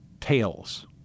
tails